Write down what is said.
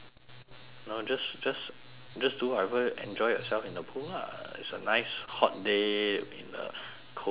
no just just just do whatever enjoy yourself in the pool lah it's a nice hot day in the cold pool